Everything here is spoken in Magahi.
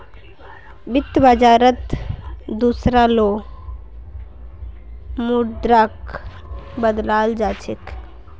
वित्त बाजारत दुसरा लो मुद्राक बदलाल जा छेक